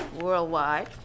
worldwide